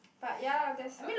but ya that's what